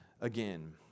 Again